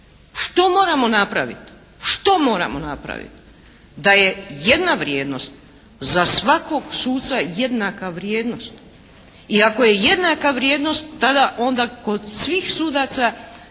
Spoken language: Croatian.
Što moramo napraviti? Što moramo napraviti? Da je jedna vrijednost za svakog suca jednaka vrijednost. I ako je jednaka vrijednost tada onda kod svih sudaca